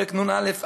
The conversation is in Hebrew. פרק נ"ב,